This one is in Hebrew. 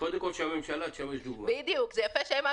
שקודם כל שהממשלה תשמש דוגמה.